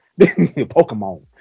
Pokemon